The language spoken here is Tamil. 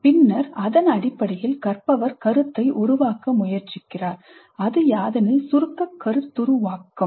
பின்னர் அதன் அடிப்படையில் கற்பவர் கருத்தை உருவாக்க முயற்சிக்கிறார் அது யாதெனில் சுருக்க கருத்துருவாக்கம்